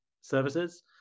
services